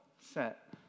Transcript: set